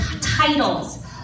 titles